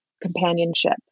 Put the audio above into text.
companionship